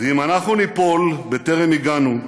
"ואם אנחנו ניפול בטרם הגענו /